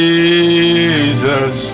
Jesus